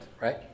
right